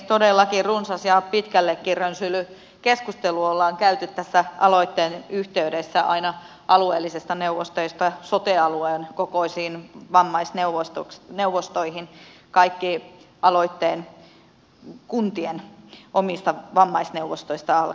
todellakin runsas ja pitkällekin rönsyillyt keskustelu ollaan käyty tässä aloitteen yhteydessä aina alueellisista neuvostoista sote alueen kokoisiin vammaisneuvostoihin kaikki aloitteen kuntien omista vammaisneuvostoista alkaen